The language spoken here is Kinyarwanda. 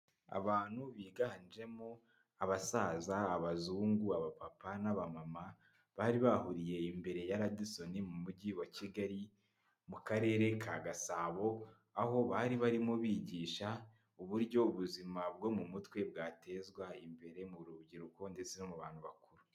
Abantu biganjemo abasaza, abazungu, abapapa n'abamama, bari bahuriye imbere ya radisoni mu mujyi wa Kigali mu Karere ka Gasabo, aho bari barimo bigisha uburyo ubuzima bwo mu mutwe bwatezwa imbere mu rubyiruko ndetse no mu bantu bakuru.